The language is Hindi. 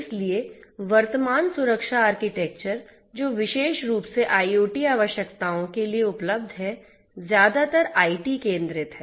इसलिए वर्तमान सुरक्षा आर्किटेक्चर जो विशेष रूप से IoT आवश्यकताओं के लिए उपलब्ध हैं ज्यादातर आईटी केंद्रित हैं